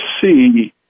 see